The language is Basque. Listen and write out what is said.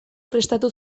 prestatu